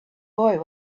boy